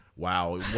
Wow